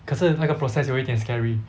可是那个 process 有一点 scary